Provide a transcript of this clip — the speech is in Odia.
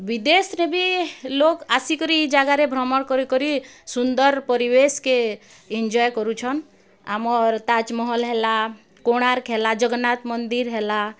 ବିଦେଶ୍ରେ ବି ଲୋକ୍ ଆସିକରି ଇ ଜାଗାରେ ଭ୍ରମଣ କରି କରି ସୁନ୍ଦର୍ ପରିବେଶ୍କେ ଇଞ୍ଜଏ କରୁଛନ୍ ଆମର୍ ତାଜ୍ମହଲ୍ ହେଲା କୋଣାର୍କ୍ ହେଲା ଜଗନ୍ନାଥ୍ ମନ୍ଦିର୍ ହେଲା